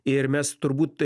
ir mes turbūt